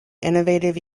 innovative